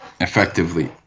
effectively